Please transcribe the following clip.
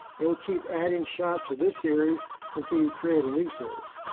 it will keep adding shots to this series until you create a new series.